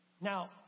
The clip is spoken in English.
Now